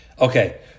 Okay